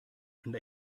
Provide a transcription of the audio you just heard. and